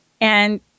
and